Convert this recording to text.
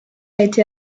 été